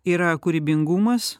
yra kūrybingumas